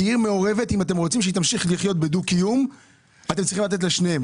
כי אם אתם רוצים שעיר מעורבת תמשיך לחיות בדו-קיום צריך לתת לשניהם.